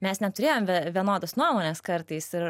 mes neturėjom ve vienodos nuomonės kartais ir